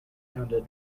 sounded